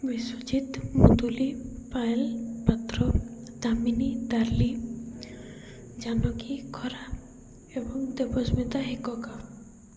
ବିଶ୍ଵଜିତ୍ ମୁଦୁଲି ପାଏଲ ପାତ୍ର ଦାମିନୀ ଦାର୍ଲି ଜାନକୀ ଖରା ଏବଂ ଦେବସ୍ମିତା ହେକକ